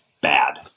bad